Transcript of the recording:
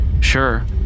Sure